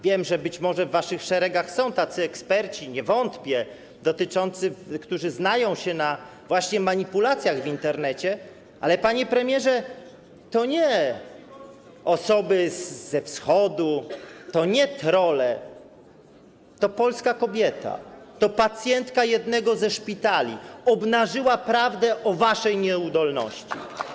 Wiem, że być może w waszych szeregach są tacy eksperci, nie wątpię, którzy znają się właśnie na manipulacjach w Internecie, ale panie premierze, to nie osoby ze Wschodu, to nie trolle, to polska kobieta, to pacjentka jednego ze szpitali obnażyła prawdę o waszej nieudolności.